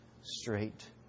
straight